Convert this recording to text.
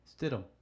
Stidham